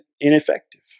ineffective